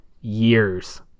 years